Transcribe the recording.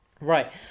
Right